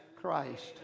Christ